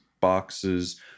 boxes